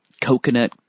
coconut